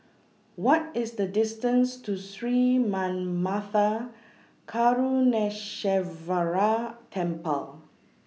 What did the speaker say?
What IS The distance to Sri Manmatha Karuneshvarar Temple